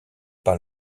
par